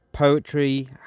Poetry